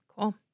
Cool